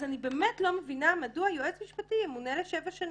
אני באמת לא מבינה מדוע יועץ משפטי ימונה לשבע שנים.